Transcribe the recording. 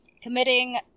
Committing